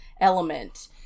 element